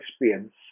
experience